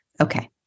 Okay